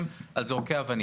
ייאמר לזכותם.